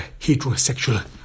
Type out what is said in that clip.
heterosexual